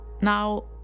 Now